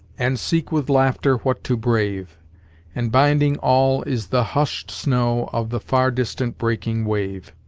and seek with laughter what to brave and binding all is the hushed snow of the far-distant breaking wave.